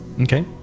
Okay